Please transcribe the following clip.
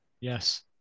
Yes